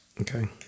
okay